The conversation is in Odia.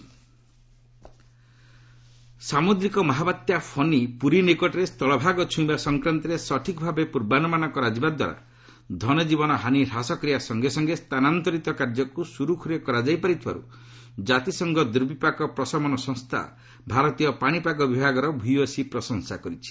ୟୁଏନ୍ ଇଣ୍ଡିଆ ସାଇକ୍ଲୋନ୍ ସାମୁଦ୍ରିକ ମହାବାତ୍ୟା 'ଫନୀ' ପୁରୀ ନିକଟରେ ସ୍ଥଳଭାଗ ଛୁଇଁବା ସଂକ୍ରାନ୍ତରେ ସଠିକ୍ ଭାବେ ପୂର୍ବାନୁମାନ କରାଯିବାଦ୍ୱାରା ଧନଜୀବନ ହାନୀ ହ୍ରାସ କରିବା ସଙ୍ଗେ ସଙ୍ଗେ ସ୍ଥାନାନ୍ତରିତ କାର୍ଯ୍ୟକୁ ସୁରୁଖୁରୁରେ କରାଯାଇ ପାରିଥିବାରୁ କାତିସଂଘ ଦୁର୍ବିପାକ ପ୍ରଶମନ ସଂସ୍ଥା ଭାରତୀୟ ପାଣିପାଗ ବିଭାଗର ଭୂୟସୀ ପ୍ରଶଂସା କରିଛି